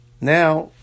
now